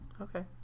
Okay